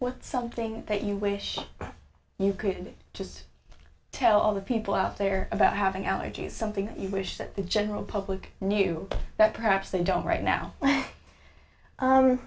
were something that you wish you could just tell all the people out there about having our do something that you wish that the general public knew that perhaps they don't right now